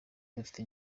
dufite